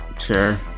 Sure